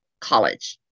college